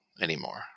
anymore